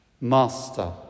Master